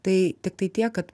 tai tiktai tiek kad